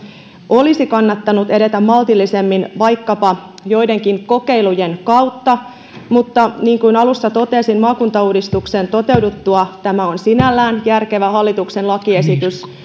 olisi kannattanut edetä maltillisemmin vaikkapa joidenkin kokeilujen kautta mutta niin kuin alussa totesin maakuntauudistuksen toteuduttua tämä on sinällään järkevä hallituksen lakiesitys